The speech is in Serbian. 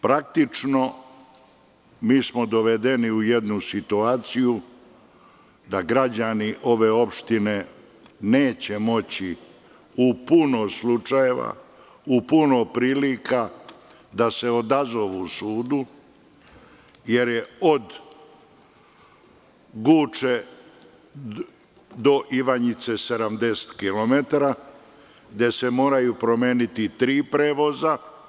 Praktično, dovedeni smo u jednu situaciju da građani ove opštine neće moći u puno slučajeva, u puno prilika da se odazovu sudu, jer je od Guče do Ivanjice 70 kilometara, gde se moraju promeniti tri prevoza.